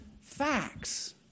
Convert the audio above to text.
facts